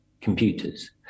computers